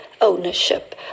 ownership